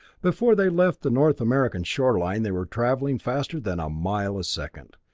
before they left the north american shoreline they were traveling faster than a mile a second.